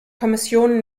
kommission